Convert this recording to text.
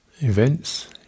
events